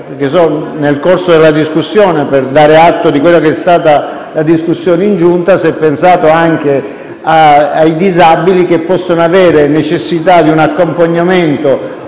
generiche: nel corso della discussione - per dare atto di quella che è stata la discussione in Giunta - si è pensato anche ai disabili che possono avere necessità di un accompagnamento